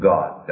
God